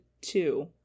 two